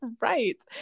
right